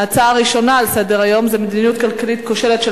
ההצעה הראשונה על סדר-היום היא: המדיניות הכלכלית הכושלת של